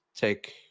take